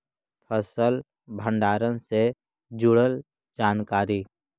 फसल भंडारन से जुड़ल जानकारी?